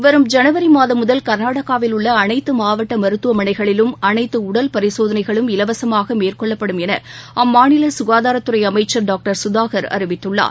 வரும் ஜனவரி மாதம் முதல் கர்நாடகாவில் உள்ள அனைத்து மாவட்ட மருத்துவமனைகளிலும் அனைத்து உடல் பரிசோதனைகளும் இலவசமாக மேற்கொள்ளப்படும் என அம்மாநில சுகாதாரத்துறை அமைச்சர் டாக்டர் சுதாகர் அறிவித்துள்ளார்